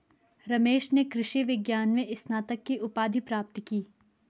रमेश ने कृषि विज्ञान में स्नातक की उपाधि प्राप्त की